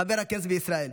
לחבר כנסת בישראל.